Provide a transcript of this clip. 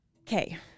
Okay